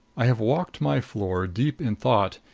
i have walked my floor, deep in thought,